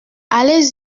allez